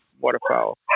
waterfowl